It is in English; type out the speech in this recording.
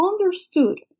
understood